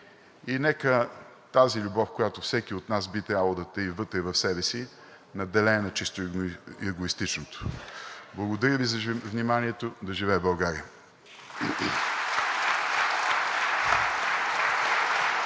и нека тази любов, която всеки от нас би трябвало да таи вътре в себе си, надделее над чисто егоистичното. Благодаря Ви за вниманието. Да живее България!